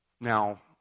Now